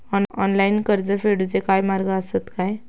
Online कर्ज फेडूचे काय मार्ग आसत काय?